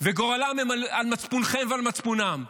וגורלם על מצפונכם ועל מצפונם.